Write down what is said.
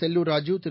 Sellur Raju Thiru